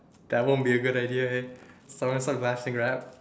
that won't be a good idea eh Grab